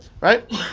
Right